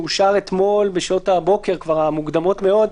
שאושר אתמול בשעות הבוקר המוקדמות מאוד,